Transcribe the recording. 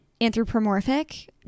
anthropomorphic